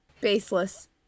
Baseless